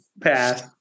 Pass